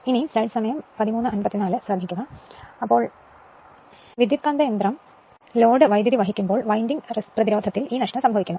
അതിനാൽ transformer load current വഹിക്കുമ്പോൾ winding റെസിസ്റ്റൻസുകളിൽ ഈ നഷ്ടം സംഭവിക്കുന്നു